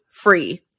free